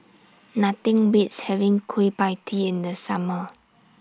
Nothing Beats having Kueh PIE Tee in The Summer